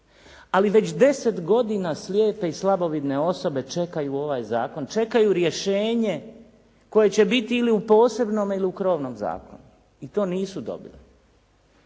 ali već deset godina slijepe i slabovidne osobe čekaju ovaj zakon, čekaju rješenje koje će biti ili u posebnome ili u krovnom zakonu, i to nisu dobile.